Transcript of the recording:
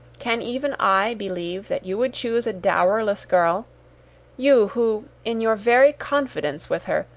can even i believe that you would choose a dowerless girl you who, in your very confidence with her,